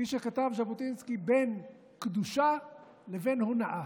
כפי שכתב ז'בוטינסקי, בין קדושה לבין הונאה.